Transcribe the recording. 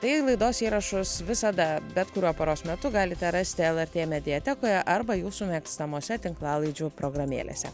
tai laidos įrašus visada bet kuriuo paros metu galite rasti lrt mediatekoje arba jūsų mėgstamose tinklalaidžių programėlėse